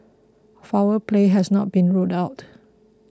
foul play has not been ruled out